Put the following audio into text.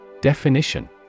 Definition